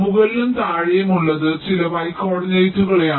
മുകളിലും താഴെയുമുള്ളത് ചില y കോർഡിനേറ്റുകളെയാണ്